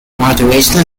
motivational